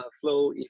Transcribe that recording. flow